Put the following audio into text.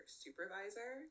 supervisor